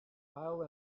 mile